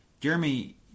Jeremy –